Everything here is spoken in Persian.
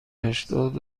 هشتاد